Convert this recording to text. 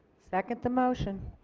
second the motion.